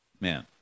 man